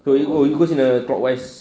oh you go it goes in a clockwise